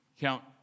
Count